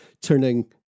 turning